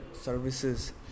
services